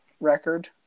record